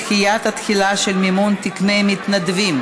דחיית התחילה של מימון תקני מתנדבים),